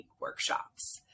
workshops